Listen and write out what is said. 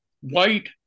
white